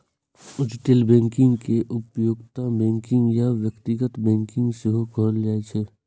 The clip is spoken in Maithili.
रिटेल बैंकिंग कें उपभोक्ता बैंकिंग या व्यक्तिगत बैंकिंग सेहो कहल जाइ छै